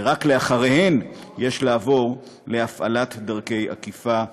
ורק אחריהן יש לעבור להפעלת דרכי אכיפה וכוח.